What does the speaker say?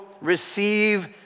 receive